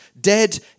dead